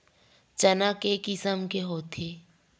चना के किसम के होथे?